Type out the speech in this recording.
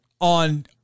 on